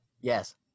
Yes